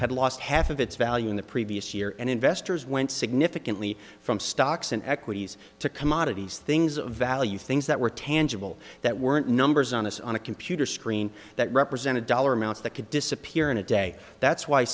had lost half of its value in the previous year and investors went significantly from stocks in equities to commodities things of value things that were tangible that weren't numbers on this on a computer screen that represent a dollar amounts that could disappear in a day that's why